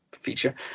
feature